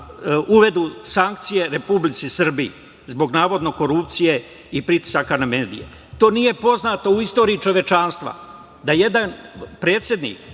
uvedu sankcije Republici Srbiji, zbog navodno korupcije i pritisaka na medije. To nije poznato u istoriji čovečanstva da jedan predsednik